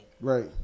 Right